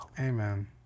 Amen